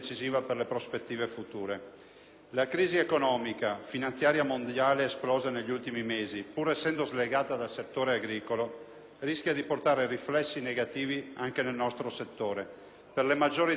La crisi economica e finanziaria mondiale esplosa negli ultimi mesi, pur essendo slegata dal settore agricolo, rischia di portare riflessi negativi anche nel nostro comparto per le maggiori difficoltà di accesso al credito,